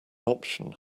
option